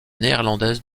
néerlandaise